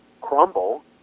crumble